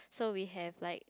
so we have like